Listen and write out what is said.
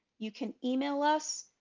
you can email us,